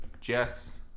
Jets